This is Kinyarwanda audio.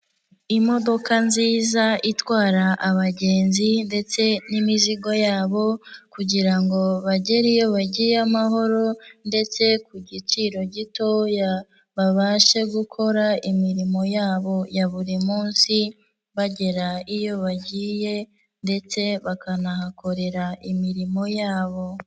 Imodoka nziza itwara abagenzi ndetse n'imizigo yabo kugira ngo bagere iyo bagiye amahoro ndetse ku giciro gitoya, babashe gukora imirimo yabo ya buri munsi, bagera iyo bagiye ndetse bakanahakorera imirimo yabo.